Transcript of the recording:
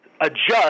adjust